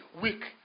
weak